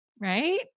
right